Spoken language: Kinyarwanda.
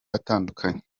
atandukanye